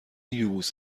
یبوست